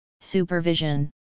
supervision